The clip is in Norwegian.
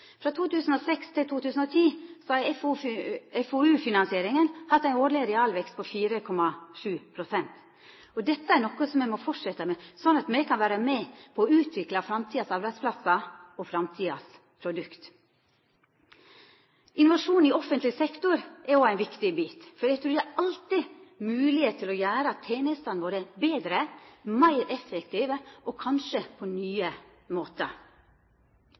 Frå 2006 til 2010 har FoU-finansieringa hatt ein årleg realvekst på 4,7 pst. Dette må me halda fram med, slik at me kan utvikla framtidas arbeidsplassar og framtidas produkt. Innovasjon i offentleg sektor er også viktig, for eg trur det alltid er moglegheiter for å gjera tenestene våre betre, meir effektive og kanskje på nye måtar.